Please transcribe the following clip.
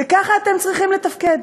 וככה אתם צריכים לתפקד?